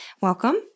Welcome